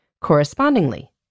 Correspondingly